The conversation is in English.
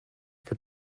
for